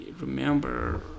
remember